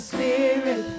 Spirit